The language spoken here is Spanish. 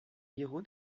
hijo